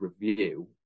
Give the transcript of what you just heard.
review